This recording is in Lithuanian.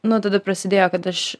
nuo tada prasidėjo kad aš